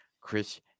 Chris